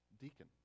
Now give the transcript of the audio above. deacon